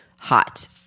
hot